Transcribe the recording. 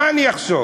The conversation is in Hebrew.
מה אני אחשוב?